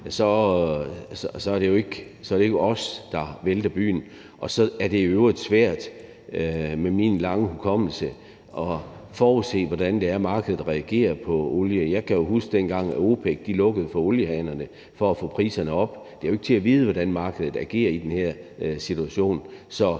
er det jo ikke os, der vælter byen. Og så er det i øvrigt svært med min lange hukommelse at forudse, hvordan det er, markedet reagerer på olie. Jeg kan jo huske, dengang OPEC lukkede for oliehanerne for at få priserne op. Det er jo ikke til at vide, hvordan markedet agerer i den her situation.